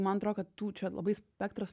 man atrodo kad tų čia labai spektras